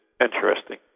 interesting